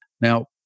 Now